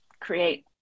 create